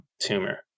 tumor